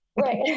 Right